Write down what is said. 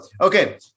okay